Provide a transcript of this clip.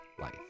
life